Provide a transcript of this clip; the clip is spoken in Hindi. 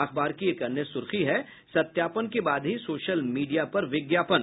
अखबार की एक अन्य सुर्खी है सत्यापन के बाद ही सोशल मीडिया पर विज्ञापन